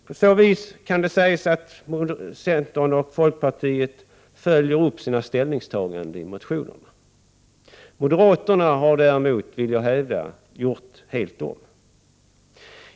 På så vis kan det sägas att centern och folkpartiet följer upp sina ställningstaganden i motionerna. Moderaterna däremot, vill jag hävda, har gjort helt om.